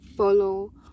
follow